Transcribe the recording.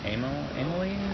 Amelie